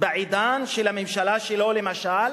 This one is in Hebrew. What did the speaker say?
שבעידן של ממשלה שלו, למשל,